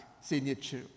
signature